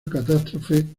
catástrofe